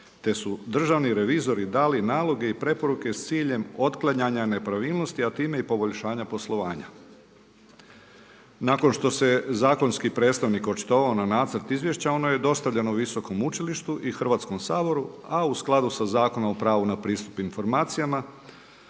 te su državni revizori dali naloge i preporuke s ciljem otklanjanja nepravilnosti, a time i poboljšanja poslovanja. Nakon što se zakonski predstavnik očitovao na nacrt izvješća ono je dostavljeno je Visokom učilištu i Hrvatskom saboru, a u skladu sa Zakonom o pravu na pristup informacijama,